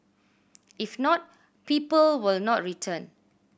if not people will not return